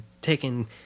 taking